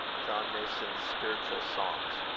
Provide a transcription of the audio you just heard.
john mason's spiritual songs.